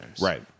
Right